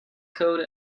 code